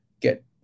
get